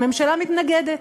הממשלה מתנגדת.